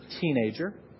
Teenager